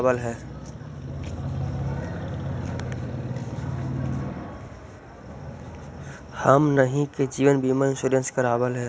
हमनहि के जिवन बिमा इंश्योरेंस करावल है?